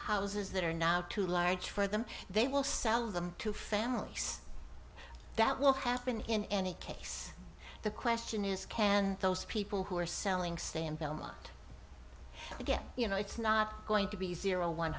houses that are now too large for them they will sell them to families that will happen in any case the question is can those people who are selling stay in belmont again you know it's not going to be zero one